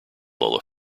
lola